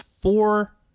four